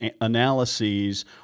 analyses